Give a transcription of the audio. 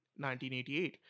1988